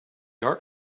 art